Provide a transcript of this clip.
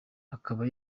akaba